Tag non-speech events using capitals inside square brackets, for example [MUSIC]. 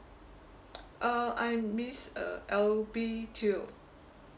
[NOISE] uh I'm miss uh elby teo